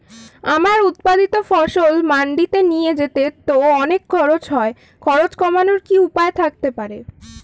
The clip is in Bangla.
আমার উৎপাদিত ফসল মান্ডিতে নিয়ে যেতে তো অনেক খরচ হয় খরচ কমানোর কি উপায় থাকতে পারে?